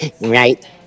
right